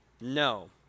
no